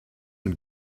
and